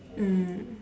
mm